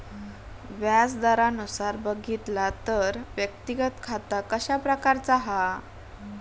व्याज दरानुसार बघितला तर व्यक्तिगत खाता कशा प्रकारचा हा?